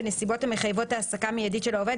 בנסיבות המחייבות העסקה מיידית של העובד,